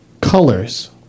colors